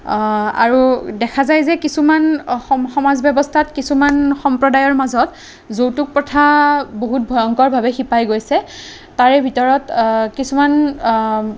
আৰু দেখা যায় যে কিছুমান সম সমাজ ব্য়ৱস্থাত কিছুমান সম্প্ৰদায়ৰ মাজত যৌতুক প্ৰথা বহুত ভয়ংকৰভাৱে শিপাই গৈছে তাৰে ভিতৰত কিছুমান